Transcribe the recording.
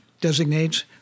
designates